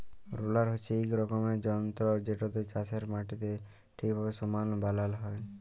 roller হছে ইক রকমের যল্তর যেটতে চাষের মাটিকে ঠিকভাবে সমাল বালাল হ্যয়